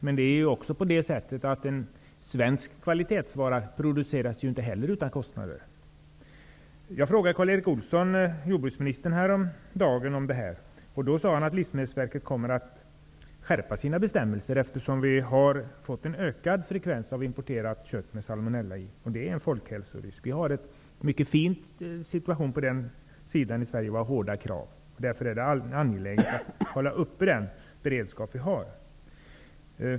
Men en svensk kvalitetsvara produceras inte heller utan kostnader. Jag frågade Karl Erik Olsson, jordbruksministern, om detta häromdagen. Han sade att Livsmedelsverket kommer att skärpa sina bestämmelser, eftersom vi har fått en ökad frekvens av importerat kött med salmonella. Det är en folkhälsorisk. Vi har en mycket fin situation i Sverige när det gäller detta. Vi har hårda krav. Därför är det angeläget att upprätthålla den beredskap som vi har.